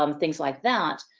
um things like that